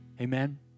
Amen